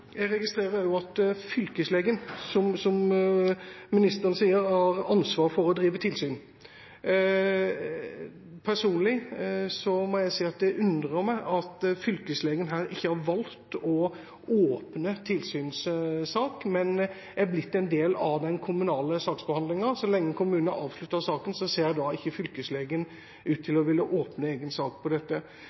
Jeg registrerer også at fylkeslegen, som ministeren sier, har ansvar for å drive tilsyn. Personlig må jeg si at det undrer meg at fylkeslegen ikke har valgt å åpne tilsynssak her, men at saken er blitt en del av den kommunale saksbehandlingen. Så lenge kommunen har avsluttet saken, ser ikke fylkeslegen ut til å ville åpne egen sak om dette.